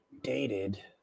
Dated